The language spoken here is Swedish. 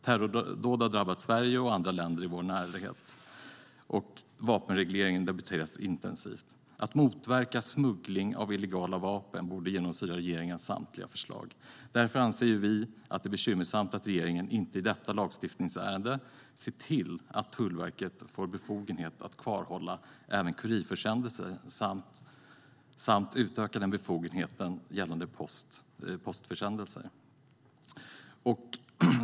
Terrordåd har drabbat Sverige och andra länder i vår närhet, och vapenregleringen debatteras intensivt. Att motverka smuggling av illegala vapen borde genomsyra regeringens samtliga förslag. Därför anser vi att det är bekymmersamt att regeringen i detta lagstiftningsärende inte ser till att Tullverket får befogenhet att kvarhålla även kurirförsändelser samt utökar den befogenheten gällande postförsändelser.